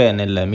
nel